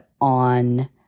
on